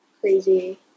crazy